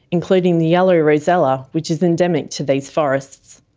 including the yellow rosella, which is endemic to these forests.